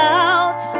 out